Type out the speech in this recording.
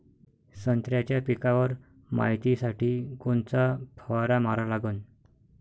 संत्र्याच्या पिकावर मायतीसाठी कोनचा फवारा मारा लागन?